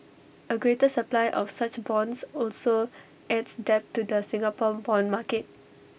A greater supply of such bonds also adds depth to the Singapore Bond market